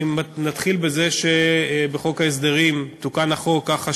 נתחיל בזה שבחוק ההסדרים תוקן החוק ככה